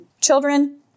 children